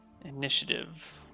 Initiative